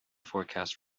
forecast